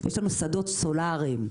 יש לנו שדות סולאריים.